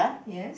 yes